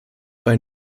bei